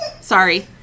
Sorry